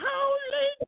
Holy